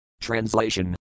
Translation